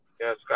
Yes